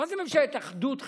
מה זה ממשלת אחדות חילונית?